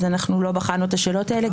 אנחנו לא בחנו את השאלות האלה.